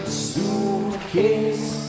suitcase